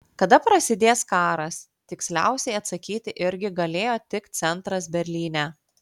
kada prasidės karas tiksliausiai atsakyti irgi galėjo tik centras berlyne